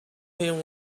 him